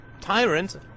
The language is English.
tyrant